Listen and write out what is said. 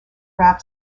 rap